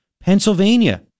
Pennsylvania